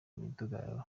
imidugararo